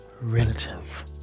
relative